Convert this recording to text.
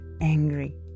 angry